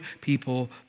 people